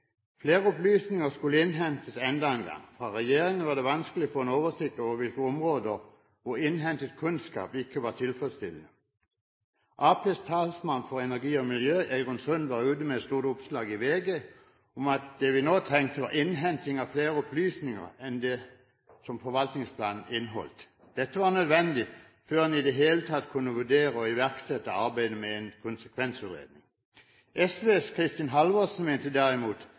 Flere opplysninger skulle innhentes enda en gang. Fra regjeringen var det vanskelig å få en oversikt over på hvilke områder innhentet kunnskap ikke var tilfredsstillende. Arbeiderpartiets talsmann for energi og miljø, Eirin Sund, var ute med et stort oppslag i VG om at det vi nå trengte, var innhenting av flere opplysninger enn det forvaltningsplanen inneholdt. Dette var nødvendig før en i det hele tatt kunne vurdere å iverksette arbeidet med en konsekvensutredning. SVs Kristin Halvorsen mente derimot